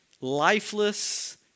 lifeless